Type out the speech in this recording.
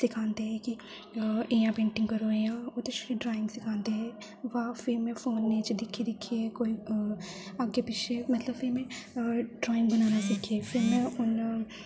सिखांदे हे कि इ'यां पेंटिंग करो इ'यां उ'त्थें छड़ी ड्राइंग सखांदे हे बाद फिर में फोना च दिक्खी दिक्खियै कोई अग्गें पिच्छें मतलब फ्ही में ड्राइंग बनाना सिक्खी फ्ही में हून मतलब